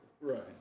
Right